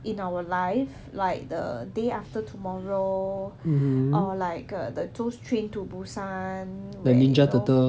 in our life like the day after tomorrow or like the those train to busan like you know